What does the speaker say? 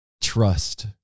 trust